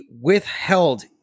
withheld